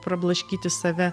prablaškyti save